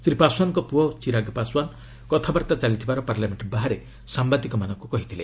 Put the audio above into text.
ଶ୍ରୀ ପାଶୱାନ୍ଙ୍କ ପୁଅ ଚିରାଗ୍ ପାଶୱାନ୍ କଥାବାର୍ତ୍ତା ଚାଲିଥିବାର ପାର୍ଲାମେଣ୍ଟ ବାହାରେ ସାମ୍ଭାଦିକମାନଙ୍କୁ କହିଥିଲେ